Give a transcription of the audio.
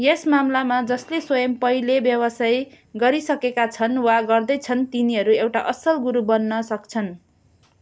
यस मामिलामा जसले स्वयं पहिल्यै व्यवसाय गरिसकेका छन् वा गर्दैछन् तिनीहरू एउटा असल गुरु बन्न सक्छन्